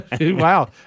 wow